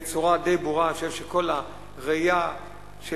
בצורה די ברורה אני חושב שכל הראייה של